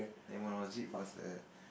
then one of it was a